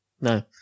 No